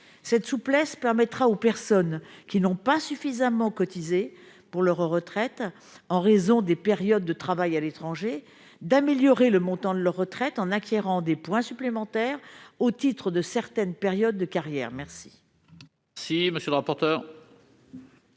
Cette souplesse permettrait aux personnes qui n'ont pas suffisamment cotisé, en raison de périodes de travail à l'étranger, d'améliorer le montant de leur retraite en acquérant des points supplémentaires au titre de certaines périodes de leur carrière. Quel